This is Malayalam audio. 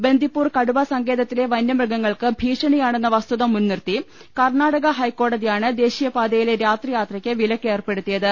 ബന്ദിപ്പൂർ കടുവ സങ്കേതത്തിലെ വനൃമൃഗങ്ങൾക്ക് ഭീഷ ണിയാണെന്ന വസ്തുത മുൻനിർത്തി കർണ്ണാടക ഹൈക്കോ ടതിയാണ് ദേശീയപാതയിലെ രാത്രിയാത്രയ്ക്ക് വിലക്ക് ഏർപ്പെടുത്തിയത്